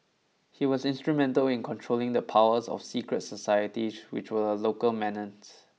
he was instrumental in controlling the powers of secret societies which were a local menace